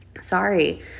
Sorry